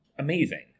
Amazing